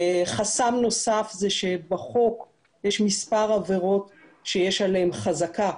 חסם נוסף הוא שבחוק יש מספר עבירות שיש עליהן חזקה